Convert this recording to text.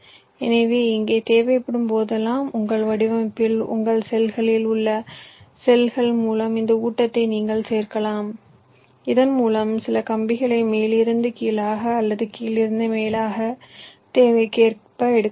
எனவே இங்கே தேவைப்படும் போதெல்லாம் உங்கள் வடிவமைப்பில் உங்கள் செல்களில் உள்ள செல்கள் மூலம் இந்த ஊட்டத்தை நீங்கள் சேர்க்கலாம் இதன்மூலம் சில கம்பிகளை மேலிருந்து கீழாக அல்லது கீழிருந்து மேலே தேவைக்கேற்ப எடுக்கலாம்